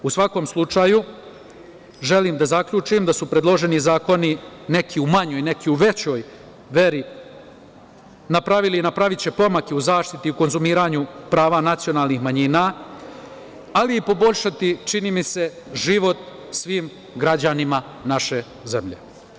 U svakom slučaju, želim da zaključim da su predloženi zakoni neki u manjoj, neki u većoj veri napraviti pomak u zaštiti i u konzumiranju prava nacionalnih manjina, ali i poboljšati, čini mi se, život svim građanima naše zemlje.